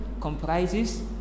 comprises